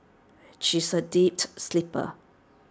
she is A sleeper